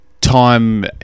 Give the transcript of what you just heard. time